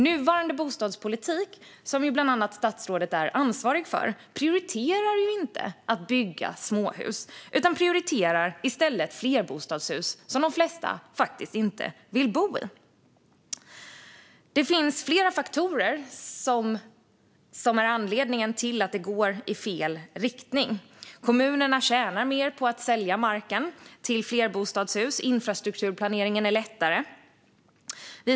Nuvarande bostadspolitik, som bland andra statsrådet är ansvarig för, prioriterar inte att bygga småhus utan i stället att bygga flerbostadshus, som de flesta faktiskt inte vill bo i. Det finns flera faktorer bakom att utvecklingen går i fel riktning. Kommunerna tjänar mer på att sälja marken till produktion av flerbostadshus, och infrastrukturplaneringen är lättare.